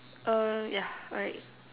uh yeah right